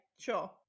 Sure